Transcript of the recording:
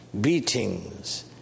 beatings